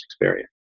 experience